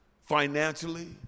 financially